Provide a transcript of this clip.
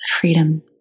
freedom